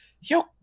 yo